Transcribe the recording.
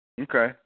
Okay